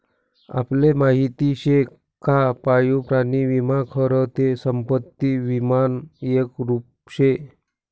आपले माहिती शे का पाळीव प्राणी विमा खरं ते संपत्ती विमानं एक रुप शे